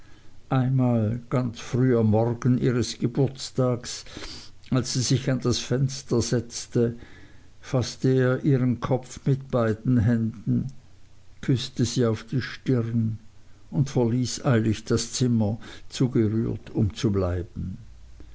einmal ganz früh am morgen ihres geburtstags als sie sich an das fenster setzte faßte er ihren kopf mit beiden händen küßte sie auf die stirn und verließ eilig das zimmer zu gerührt um zu bleiben